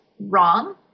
wrong